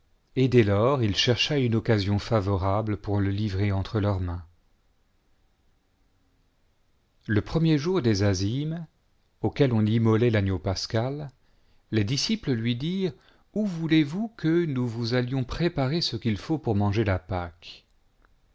et dès-lors a chercha une occasion favorable pour le kvrer entre leurs mains le premier jour des azymes auquel on immolait l'agneau pascal les disciples lui dirent où voulez-vous que nous vous allions préparer ce quil faut pour manger la pâque